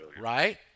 Right